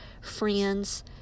friends